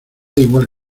igual